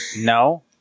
No